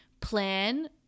plan